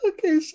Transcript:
Okay